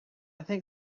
think